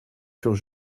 furent